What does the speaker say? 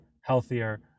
healthier